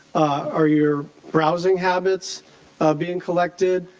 are your browsing habits being collected.